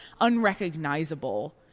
unrecognizable